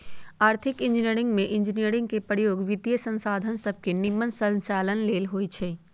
आर्थिक इंजीनियरिंग में इंजीनियरिंग के प्रयोग वित्तीयसंसाधन सभके के निम्मन संचालन लेल होइ छै